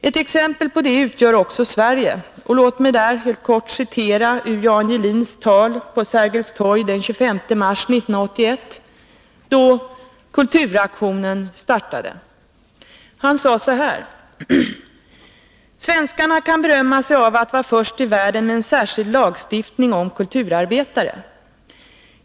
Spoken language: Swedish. Ett exempel på detta utgör också Sverige, och låt mig i det sammanhanget citera ur Jan Gehlins tal på Sergels torg den 25 mars 1981, då kulturaktionen startade: ”Svenskarna kan berömma sig av att vara först i världen med en särskild lagstiftning om kulturarbetare.